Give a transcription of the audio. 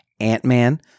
Ant-Man